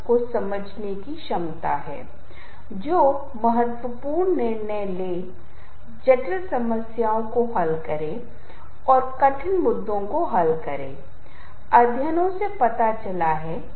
मैंने आपको बताई गई जगहों के बारे में जानकारी प्रदान की है और ध्वनियाँ और रंग भी बहुत बारीकी से जुड़े हैं न सिर्फ ध्वनियाँ और रंग जब हम संगीत के बारे में बात करते हैं तो संगीत में कई प्रकार के व्यापक संबंध होते हैं जो रंगों से संबंधित होते हैं जो छवियों से संबंधित होते हैं